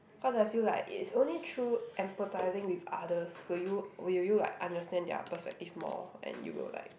cause I feel like it's only through emphatising with others will you will you like understand their perspective more and you will like